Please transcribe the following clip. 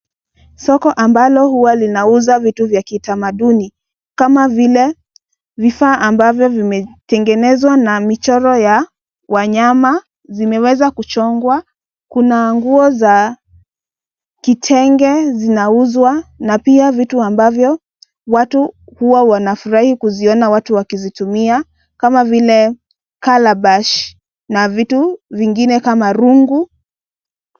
Soko ambalo huwa linauza vitu vya kitamaduni kama vile vifaa ambavyo vimetengenezwa na michoro ya wanyama zimeweza kuchongwa kuna nguo za kitenge zinauzwa na pia vitu ambavyo watu huwa wanafurahi kuziona watu wakizitumia kama vile calabash na vitu vingine kama rungu.